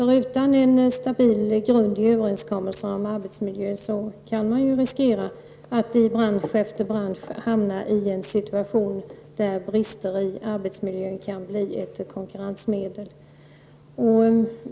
Utan en stabil grund i form av en överenskommelse om arbetsmiljön kan man nämligen riskera att bransch efter bransch hamnar i en situation där brister i arbetsmiljön blir ett konkurrensmedel.